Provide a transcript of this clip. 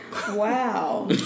Wow